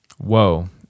Whoa